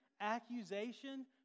accusation